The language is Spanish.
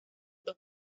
dos